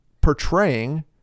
portraying